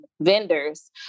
vendors